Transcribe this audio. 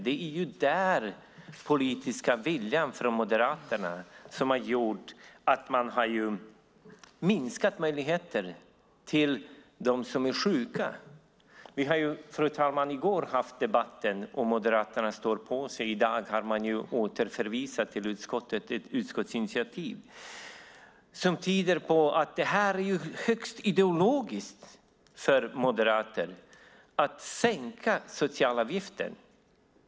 Det är den politiska viljan från Moderaterna som har gjort att man har minskat möjligheterna för dem som är sjuka. Vi hade debatten i går, fru talman, och Moderaterna står på sig. I dag har man återförvisat ett utskottsinitiativ till utskottet. Det tyder på att det är högst ideologiskt för moderater att sänka socialavgifter.